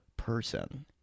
person